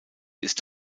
ist